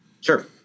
Sure